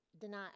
deny